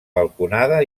balconada